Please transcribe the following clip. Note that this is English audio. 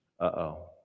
uh-oh